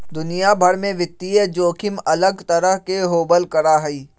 दुनिया भर में वित्तीय जोखिम अलग तरह के होबल करा हई